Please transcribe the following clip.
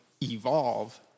evolve